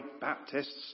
Baptists